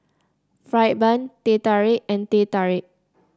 fried bun Teh Tarik and Teh Tarik